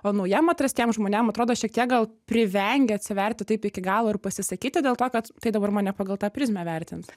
o naujiem atrastiem žmonėm atrodo šiek tiek gal privengia atsiverti taip iki galo ir pasisakyti dėl to kad tai dabar mane pagal tą prizmę vertint